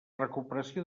recuperació